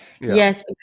Yes